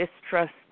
distrust